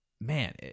man